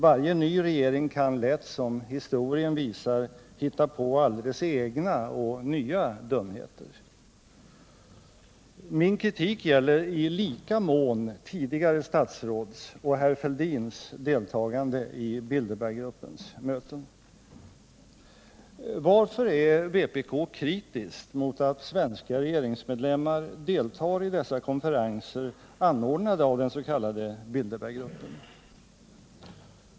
Varje ny regering kan lätt, som historien visar, hitta på alldeles egna och nya dumheter. Min kritik gäller ilika mån tidigare statsråds och herr Fälldins deltagande i Bilderberggruppens möten. Varför är vpk kritiskt mot att svenska regeringsmedlemmar deltar i dessa konferenser anordnade av den s.k. Bilderberggruppen?